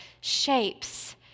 shapes